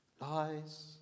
Lies